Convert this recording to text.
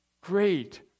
great